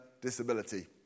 disability